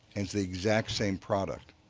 and the exact same product,